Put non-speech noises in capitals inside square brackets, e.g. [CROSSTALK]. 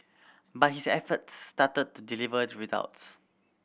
but his efforts started to deliver [UNINTELLIGIBLE] results